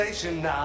Now